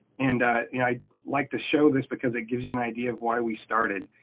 and yeah i'd like to show this, because it gives you an idea of why we started.